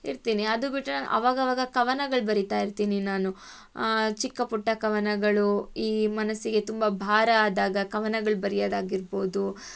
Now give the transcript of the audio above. ಇರ್ತೀನಿ ಅದು ಬಿಟ್ಟರೆ ಅವಾಗವಾಗ ಕವನಗಳು ಬರೀತಾ ಇರ್ತೀನಿ ನಾನು ಚಿಕ್ಕ ಪುಟ್ಟ ಕವನಗಳು ಈ ಮನಸ್ಸಿಗೆ ತುಂಬ ಭಾರ ಆದಾಗ ಕವನಗಳು ಬರೆಯೋದಾಗಿರ್ಬೋದು